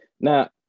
now